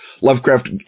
Lovecraft